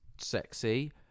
sexy